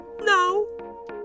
No